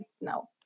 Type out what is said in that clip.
no